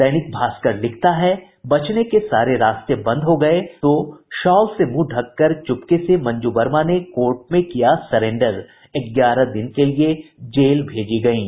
दैनिक भास्कर लिखता है बचने के सारे रास्ते बंद हो गये तो शॉल से मुंह ढ़ंक कर चूपके से मंजू वर्मा ने कोर्ट में किया सरेंडर ग्यारह दिन के लिए जेल भेजी गयीं